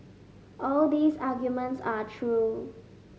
all these arguments are true